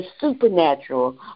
supernatural